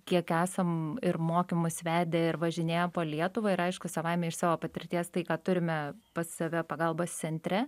kiek esam ir mokymus vedę ir važinėję po lietuvą ir aišku savaime iš savo patirties tai ką turime pas save pagalbos centre